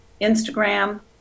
Instagram